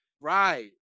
Right